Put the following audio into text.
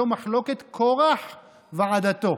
זו מחלוקת קרח ועדתו.